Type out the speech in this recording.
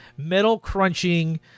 metal-crunching